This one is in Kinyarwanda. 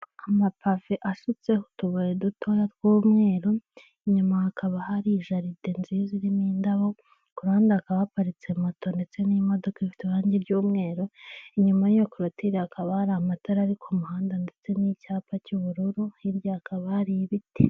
Amapave asutseho utubuye dutoya twumweru inyuma hakaba hari jaride nziza irimo nindabo kuruhande hakaba haparitse moto ndetse nimodoka ifite irangi ry'umweru, inyuma yiyo korutire hakaba hari amatara ari kumuhanda ndetse nicyapa cyubururu hirya hakaba hari ibiti.